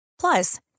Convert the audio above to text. Plus